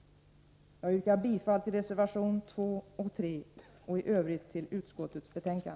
Jag yrkar bifall till reservationerna 2 och 3 och i övrigt till utskottets hemställan.